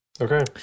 Okay